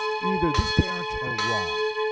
either these parents are wrong,